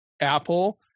Apple